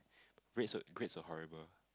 grades were grades were horrible